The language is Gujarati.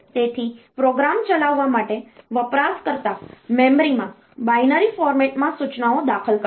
તેથી પ્રોગ્રામ ચલાવવા માટે વપરાશકર્તા મેમરીમાં બાઈનરી ફોર્મેટમાં સૂચનાઓ દાખલ કરશે